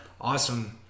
awesome